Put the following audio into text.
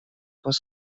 was